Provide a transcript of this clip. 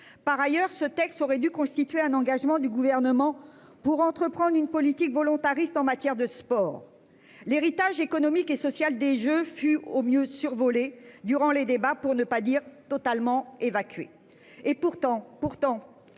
Par ailleurs, ce texte aurait dû constituer un engagement du gouvernement pour entreprendre une politique volontariste en matière de sport. L'héritage économique et social des Jeux fut au mieux survoler durant les débats pour ne pas dire totalement évacué et pourtant pourtant.